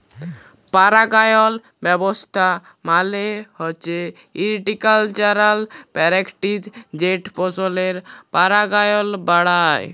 পারাগায়ল ব্যাবস্থা মালে হছে হরটিকালচারাল প্যারেকটিস যেট ফসলের পারাগায়ল বাড়ায়